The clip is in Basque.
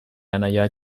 anaia